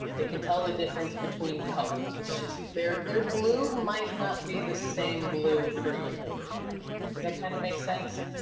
they can tell the difference between colors. it's just their their blue might not be the same blue for you. does that kind of make sense?